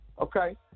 Okay